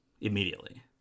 immediately